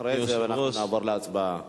אחרי זה נעבור להצבעה.